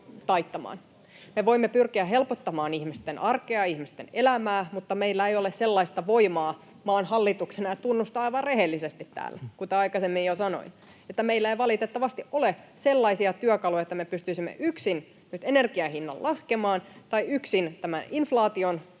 Me voimme pyrkiä helpottamaan ihmisten arkea ja ihmisten elämää, mutta meillä ei ole sellaista voimaa maan hallituksena — tunnustan aivan rehellisesti täällä, kuten aikaisemmin jo sanoin, että meillä ei valitettavasti ole sellaisia työkaluja — että me pystyisimme yksin nyt energian hinnan laskemaan tai yksin tämän inflaation torjumaan.